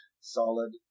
solid